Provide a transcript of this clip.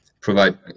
provide